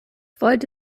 folgt